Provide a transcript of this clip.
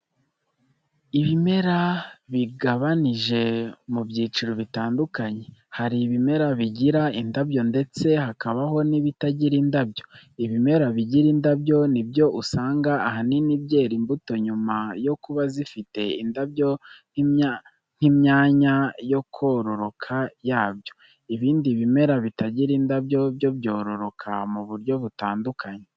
Ibimera bigabanije mu byiciro bitandukanye, hari ibimera bigira indabyo ndetse hakabaho n'ibitagira indabyo. Ibimera bigira indabyo ni byo usanga ahanini byera imbuto nyuma yo kuba zifite indabyo nk'imyanya yo kororoka yabyo. Ibindi bimera bitagira indabyo byo byororoka mu buryo butandukanye.